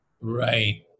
Right